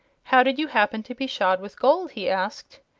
how did you happen to be shod with gold? he asked.